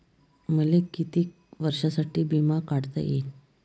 मले कितीक वर्षासाठी बिमा काढता येईन?